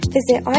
Visit